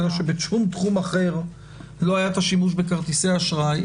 שבשום תחום אחר לא היה השימוש בכרטיסי אשראי,